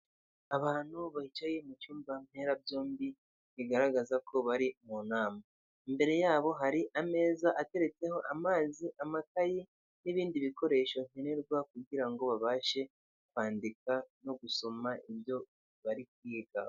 Abantu bicaye mu cyumba mberara byombi bigaragaza ko bari mu nama, imbere yabo hakaba hari ameza ateretseho amazi amataye n'ibindi bikoresho nkenerwa, kugira ngo babashe kwandika no gusoma ibyo bari kwiga.